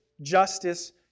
justice